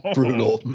Brutal